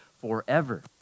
forever